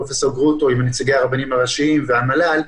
פרופ' גרוטו, נציגי הרבנים הראשיים והמל"ל.